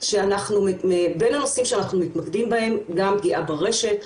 שאנחנו בין הנושאים שאנחנו מתמקדים בהם גם פגיעה ברשת,